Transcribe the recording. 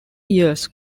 years